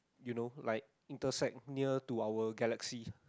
you know like intersect near to our galaxy